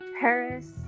Paris